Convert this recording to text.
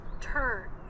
turn